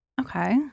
Okay